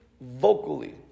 vocally